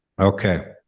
Okay